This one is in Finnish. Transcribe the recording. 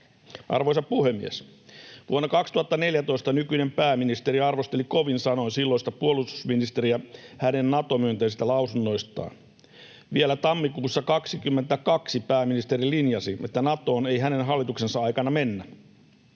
Arvoisa puhemies! Vuonna 2014 nykyinen pääministeri arvosteli kovin sanoin silloista puolustusministeriä hänen Nato-myönteisistä lausunnoistaan. Vielä tammikuussa 22 pääministeri linjasi, että Natoon ei hänen hallituksensa aikana mennä.